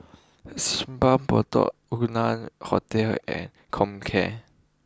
Simpang Bedok Hotel and Comcare